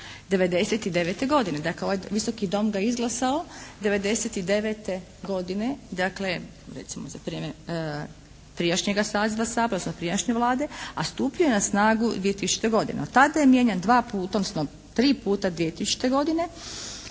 '99. godine. Dakle, ovaj Visoki dom ga je izglasao '99. godine. Dakle, recimo za vrijeme prijašnjega saziva Sabora, odnosno prijašnje Vlade, a stupio je na snagu 2000. godine. Od tada je mijenjan dva puta, odnosno tri puta 2000. godine